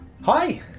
Hi